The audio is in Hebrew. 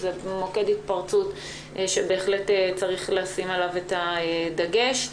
הוא מוקד התפרצות שבהחלט צריך לשים עליו דגש.